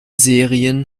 serien